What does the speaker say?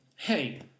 Hey